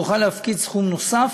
סכום נוסף,